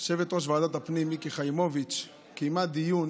יושבת-ראש ועדת הפנים מיקי חיימוביץ' קיימה דיון